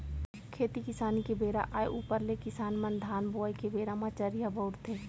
खेती किसानी के बेरा आय ऊपर ले किसान मन धान बोवई के बेरा म चरिहा बउरथे